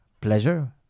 Pleasure